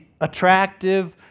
attractive